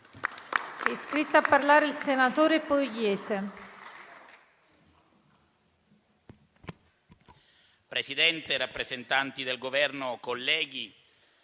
Presidente, rappresentanti del Governo, onorevoli